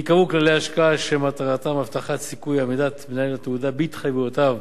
ייקבעו כללי השקעה שמטרתם הבטחת סיכוי עמידת מנהל התעודה בהתחייבויותיו,